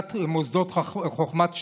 מוסדות חוכמת שלמה,